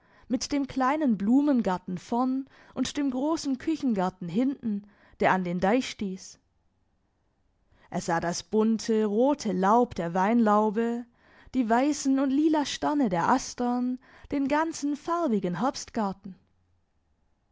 mit dem kleinen blumengarten vorn und dem grossen küchengarten hinten der an den deich stiess er sah das bunte rote laub der weinlaube die weissen und lila sterne der astern den ganzen farbigen